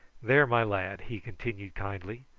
there, my lad, he continued kindly,